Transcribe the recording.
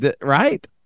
right